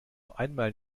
einmal